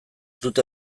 dute